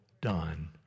done